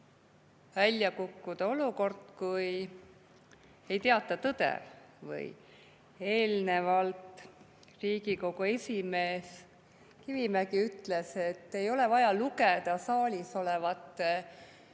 välja kukkuda olukord, kus ei teata tõde. Eelnevalt Riigikogu [ase]esimees Kivimägi ütles, et ei ole vaja lugeda saalis olevate